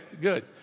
good